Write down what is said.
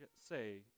say